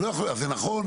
זה נכון,